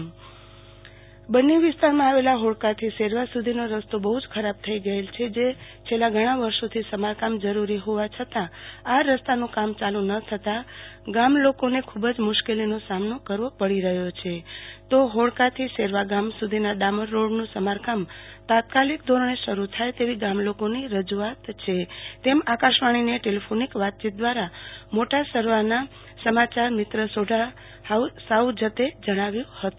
આરતી ભદ્દ બન્ની બન્ની વિસ્તારમાં આવેલા હોડકા થી સેરવા સુધીનો રસ્તો બહ્ જ ખરાબ થઇ ગયેલ છે જે છેલ્લા ઘણા વર્ષોથી સમારકામ જરૂરી હોવા છતાં આ રસ્તાનું કામ યાલુ ન થતા ગામ લોકોને ખુબ જ મુશ્કેલી નો સામનો કરવો પડે છે તો હોડકાથી સેરવા ગામ સુધીના ડામર રોડનું સમારકામ તાત્કાલિક ધોરણે શરુ થાય તેવી ગામ લોકો ની રજૂઆત છે તેમ આકાશવાણીને ટેલીફોનીક વાતચીત દ્વારા મોટા સરાડાથી સમાંચાર્મિત્ર સોઢા હજી સાહુ જતે જણાવ્યું હતું